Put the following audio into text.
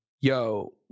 Yo